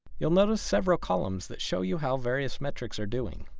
you'll notice several columns that show you how various metrics are doing,